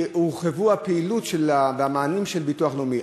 שהורחבו הפעילות והמענים של ביטוח לאומי,